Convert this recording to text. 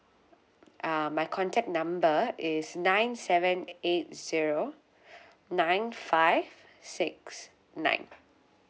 uh my contact number is nine seven e~ eight zero nine five six nine